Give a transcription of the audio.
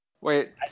Wait